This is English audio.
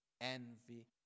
envy